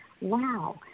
wow